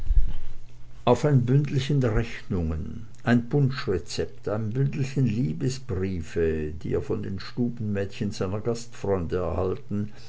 auf ein bündelchen rechnungen ein punschrezept ein bündelchen liebesbriefe die er von den stubenmädchen seiner gastfreunde erhalten